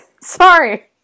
Sorry